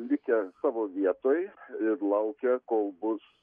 likę savo vietoj ir laukia kol bus